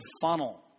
funnel